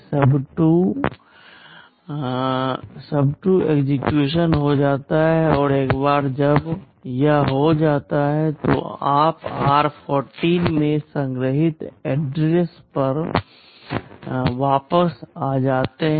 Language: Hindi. MYSUB2 एक्सेक्यूशन हो जाता है और एक बार जब यह हो जाता है तो आप r14 में संग्रहीत एड्रेस पर वापस आ जाते हैं